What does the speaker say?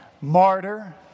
martyr